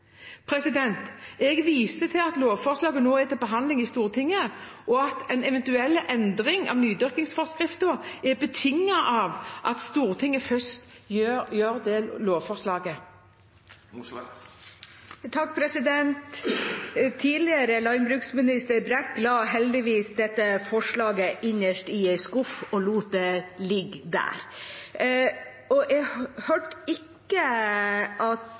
Jeg viser til at lovforslaget nå er til behandling i Stortinget, og at en eventuell endring av nydyrkingsforskriften er betinget av at Stortinget først vedtar lovforslaget. Tidligere landbruksminister Brekk la heldigvis dette forslaget innerst i en skuff og lot det ligge der. Jeg hørte ikke